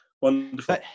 Wonderful